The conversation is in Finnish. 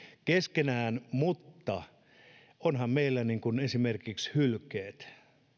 keskenään en lähde siihen mutta ovathan meillä esimerkiksi hylkeet